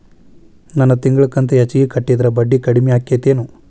ನನ್ ತಿಂಗಳ ಕಂತ ಹೆಚ್ಚಿಗೆ ಕಟ್ಟಿದ್ರ ಬಡ್ಡಿ ಕಡಿಮಿ ಆಕ್ಕೆತೇನು?